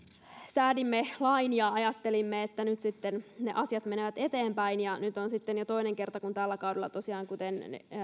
säädimme lain ja ajattelimme että nyt sitten asiat menevät eteenpäin nyt on sitten tosiaan jo toinen kerta kun tällä kaudella kuten